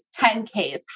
10Ks